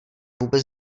vůbec